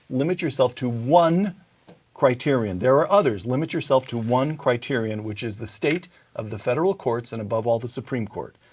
limit yourself to one criterion, there are others, limit yourself to one criterion, which is the state of the federal courts, and above all the supreme court.